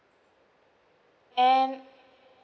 and